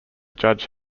judge